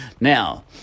Now